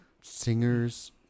singers